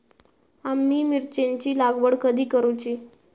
आम्ही मिरचेंची लागवड कधी करूची?